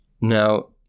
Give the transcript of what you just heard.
Now